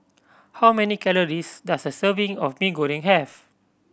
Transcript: how many calories does a serving of Mee Goreng have